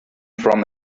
from